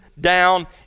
down